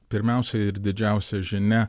pirmiausia ir didžiausia žinia